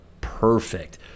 perfect